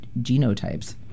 genotypes